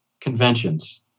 conventions